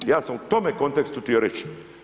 Ja sam u tome kontekstu htio reći.